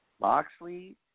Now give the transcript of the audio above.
Moxley